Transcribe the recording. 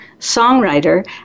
songwriter